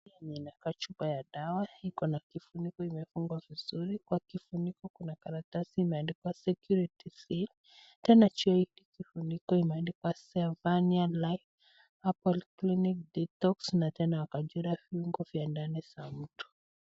Hii inakaa chupa ya dawa. Iko na kifuniko imefungwa vizuri. Kwa kifuniko kuna karatasi imeandikwa Security Seal . Tena juu ya hio kifuniko imeandikwa Sevania Live Herbal Clinic Detox na tena wakachora viungo nya ndani vya mtu.